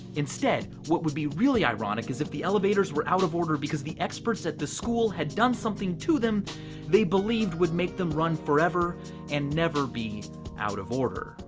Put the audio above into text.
instead, what would be really ironic is that if the elevators were out of order because the experts at the school had done something to them they believed would make them run forever and never be out of order.